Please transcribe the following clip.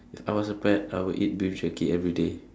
if I was a pet I would eat beef jerky everyday